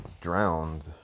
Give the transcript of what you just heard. drowned